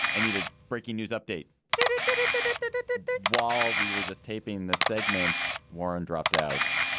i need a breaking news update did it? did it? did it. but it did did while we were just taping the segment. warren dropped out.